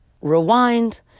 rewind